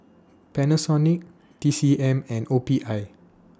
Panasonic T C M and O P I